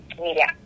media